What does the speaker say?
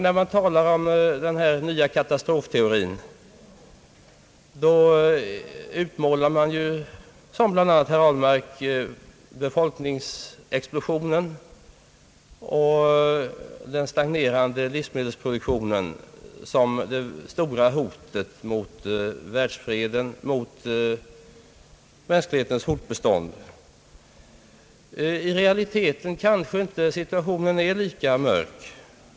När man talar om den nya katastrofteorin utmålar man — som bl.a. herr Ahlmark — befolkningsexplosionen och den stagnerande livsmedelsproduktionen som det stora hotet mot mänsklighetens fortbestånd. I realiteten kanske situationen inte är lika mörk.